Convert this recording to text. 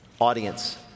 audience